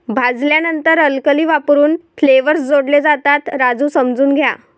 भाजल्यानंतर अल्कली वापरून फ्लेवर्स जोडले जातात, राजू समजून घ्या